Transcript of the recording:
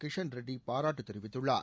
கிஷன் ரெட்டி பாராட்டு தெரிவித்துள்ளார்